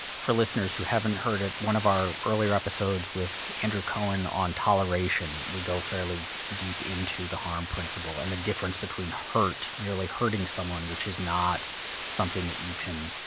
for listeners who haven't heard it, one of our earlier episodes with andrew cohen on toleration we go fairly deep into the harm principle and the difference between hurt, merely hurting someone which is not something that you can